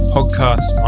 Podcast